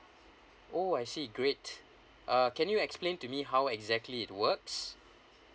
oh I see great uh can you explain to me how exactly it works